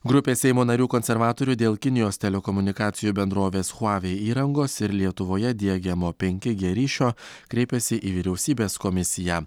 grupė seimo narių konservatorių dėl kinijos telekomunikacijų bendrovės huawei įrangos ir lietuvoje diegiamo penki g ryšio kreipėsi į vyriausybės komisiją